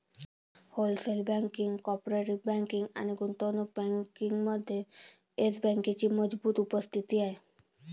wholesale banking, corporate banking आणि गुंतवणूक बँकिंगमध्ये येस बँकेची मजबूत उपस्थिती आहे